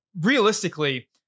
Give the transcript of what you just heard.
realistically